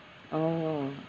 oh